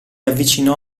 avvicinò